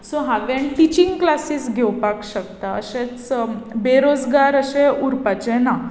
so हांवें teaching classes घेवपाक शकता अशेंच बेरोजगार अशें उरपाचें ना